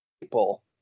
people